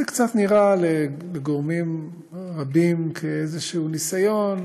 אז זה קצת נראה לגורמים רבים כאיזשהו ניסיון